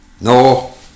No